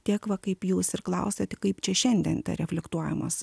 tiek va kaip jūs ir klausiat kaip čia šiandien reflektuojamas